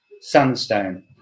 sandstone